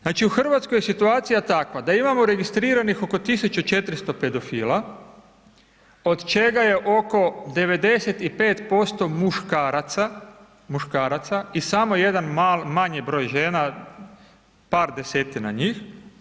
Znači u Hrvatskoj je situacija takva da imamo registriranih oko 1400 pedofila od čega je oko 95% muškaraca, muškaraca i samo jedan manji broj žena, par desetina njih.